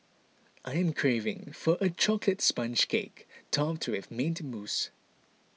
I am craving for a Chocolate Sponge Cake Topped with Mint Mousse